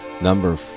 number